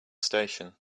station